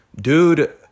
dude